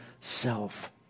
self